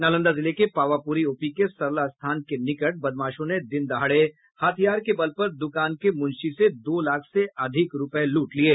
नालंदा जिले के पावापुरी ओपी के सरला स्थान के निकट बदमाशों ने दिनदहाड़े हथियार के बल पर दुकान के मुंशी से दो लाख से अधिक रुपये लूट लिये